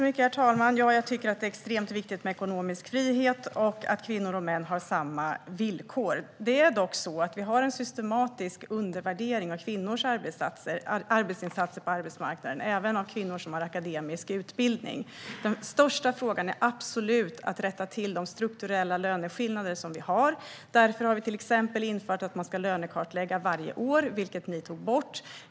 Herr talman! Det är extremt viktigt med ekonomisk frihet och att kvinnor och män har samma villkor. Det är dock så att vi har en systematisk undervärdering av kvinnors arbetsinsatser på arbetsmarknaden och även av kvinnor som har akademisk utbildning. Den största frågan är absolut att rätta till de strukturella löneskillnader vi har. Därför har vi till exempel infört att man ska lönekartlägga varje år, vilket ni tog bort.